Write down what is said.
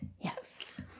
Yes